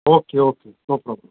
okay okay no problem